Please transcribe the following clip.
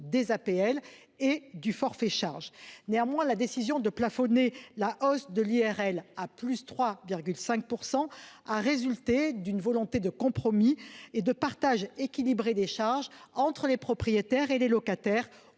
des APL et du forfait pour charges. Néanmoins, la décision de plafonner la hausse de l'IRL à 3,5 % est le fruit d'une volonté de compromis et de partage équilibré des charges entre propriétaires et locataires,